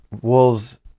wolves